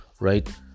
right